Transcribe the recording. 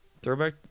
Throwback